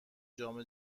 جام